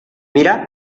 mira